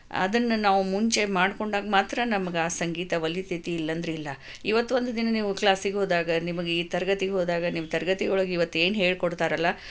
ಅದನ್ನು ನಾವು ಮುಂಚೆ ಮಾಡಿಕೊಂಡಾಗ ಮಾತ್ರ ನಮಗೆ ಆ ಸಂಗೀತ ಒಲಿತೈತಿ ಇಲ್ಲಂದರೆ ಇಲ್ಲ ಇವತ್ತೊಂದು ದಿನ ನೀವು ಕ್ಲಾಸಿಗೆ ಹೋದಾಗ ನಿಮಗೆ ಈ ತರಗತಿಗೆ ಹೋದಾಗ ನಿಮ್ಮ ತರಗತಿ ಒಳಗೆ ಇವತ್ತು ಏನು ಹೇಳಿಕೊಡ್ತಾರಲ್ಲ